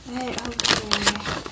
okay